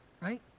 right